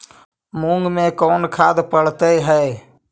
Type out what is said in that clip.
मुंग मे कोन खाद पड़तै है?